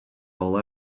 all